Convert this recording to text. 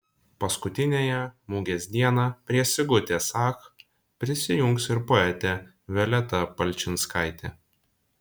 paskutiniąją mugės dieną prie sigutės ach prisijungs ir poetė violeta palčinskaitė